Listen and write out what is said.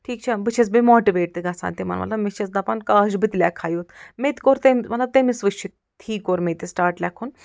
تھیٖک چھا بہٕ چھَس بیٚیہِ ماٹِویٹ تہِ گَژھان تِمن مطلب مےٚ چھَس دَپان کاش بہٕ تہِ لٮ۪کھ ہا یُتھ مےٚ تہِ کوٚر تٔمۍ مطلب تٔمِس وٕچھتھٕے کوٚر مےٚ تہِ سِٹاٹ لٮ۪کھُن